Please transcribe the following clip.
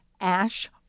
ash